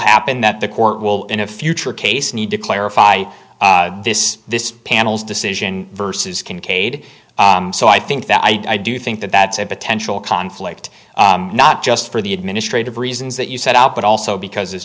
happen that the court will in a future case need to clarify this this panel's decision versus can cade so i think that i do think that that's a potential conflict not just for the administrative reasons that you set out but also because this